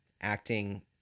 acting